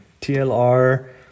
TLR